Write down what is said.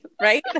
right